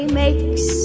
makes